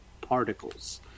particles